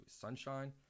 sunshine